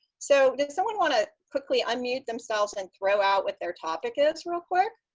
so did someone want to quickly unmute themselves and throw out what their topic is real quick?